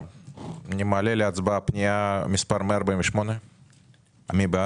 אני מעלה להצבעה את פנייה 148. מי בעד?